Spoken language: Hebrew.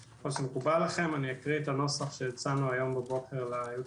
מקובל עליכם אני אקריא את הנוסח שהצענו היום בבוקר ליועץ המשפטי.